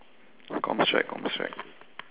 comms check comms check